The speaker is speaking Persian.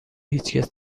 هیچکس